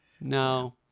no